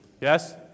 yes